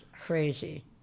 crazy